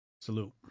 Salute